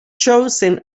chosen